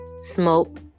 smoke